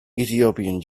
ethiopian